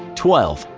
twelve.